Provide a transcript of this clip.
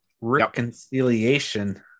reconciliation